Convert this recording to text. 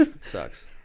Sucks